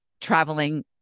traveling